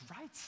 right